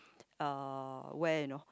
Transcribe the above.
uh where you know